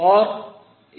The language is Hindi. और इसी तरह